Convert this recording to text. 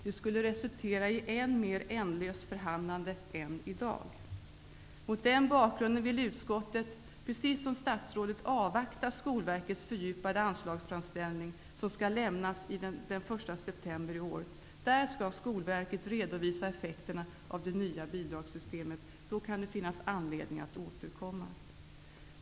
Det skulle resultera i än mer ändlöst förhandlande än i dag. Mot den bakgrunden vill utskottet liksom statsrådet avvakta Skolverkets fördjupade anslagsframställning, som skall lämnas den 1 september i år. Där skall Skolverket redovisa effekterna av det nya bidragssystemet. Då kan det finnas anledning att återkomma.